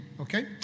okay